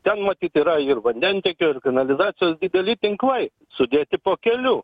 ten matyt yra ir vandentiekio ir kanalizacijos dideli tinklai sudėti po keliu